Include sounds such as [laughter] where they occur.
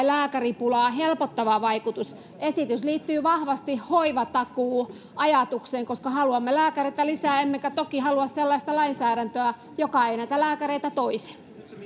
[unintelligible] lääkäripulaa helpottava vaikutus esitys liittyy vahvasti hoivatakuuajatukseen koska haluamme lääkäreitä lisää emmekä toki halua sellaista lainsäädäntöä joka ei näitä lääkäreitä toisi